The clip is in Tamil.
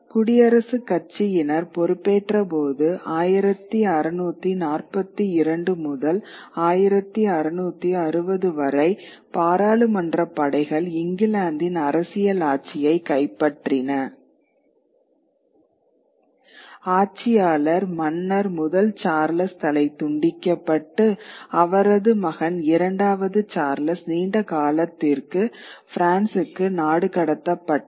குடியரசுக் கட்சியினர் பொறுப்பேற்றபோது 1642 முதல் 1660 வரை பாராளுமன்றப் படைகள் இங்கிலாந்தின் அரசியல் ஆட்சியைக் கைப்பற்றின ஆட்சியாளர் மன்னர் முதல் சார்லஸ் தலை துண்டிக்கப்பட்டு அவரது மகன் இரண்டாவது சார்லஸ் நீண்ட காலத்திற்கு பிரான்சுக்கு நாடுகடத்தப்பட்டார்